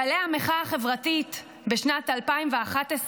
גלי המחאה החברתית בשנת 2011,